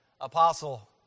apostle